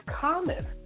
common